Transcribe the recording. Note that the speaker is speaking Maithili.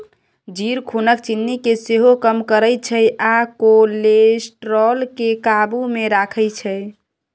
जीर खुनक चिन्नी केँ सेहो कम करय छै आ कोलेस्ट्रॉल केँ काबु मे राखै छै